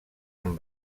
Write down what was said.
amb